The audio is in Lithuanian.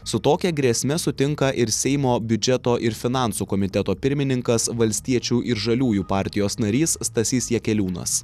su tokia grėsme sutinka ir seimo biudžeto ir finansų komiteto pirmininkas valstiečių ir žaliųjų partijos narys stasys jakeliūnas